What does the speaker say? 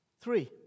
Three